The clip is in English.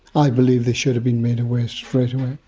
i believe they should have been made aware straight away.